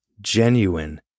genuine